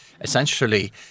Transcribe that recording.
essentially